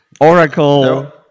Oracle